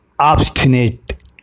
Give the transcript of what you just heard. obstinate